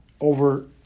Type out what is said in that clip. over